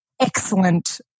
excellent